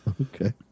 okay